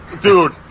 dude